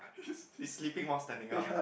he sleeping while standing up